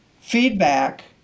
feedback